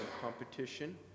competition